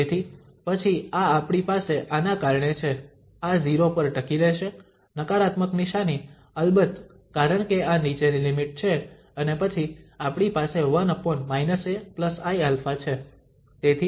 તેથી પછી આ આપણી પાસે આના કારણે છે આ 0 પર ટકી રહેશે નકારાત્મક નિશાની અલબત્ત કારણ કે આ નીચેની લિમિટ છે અને પછી આપણી પાસે 1 aiα છે